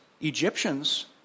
Egyptians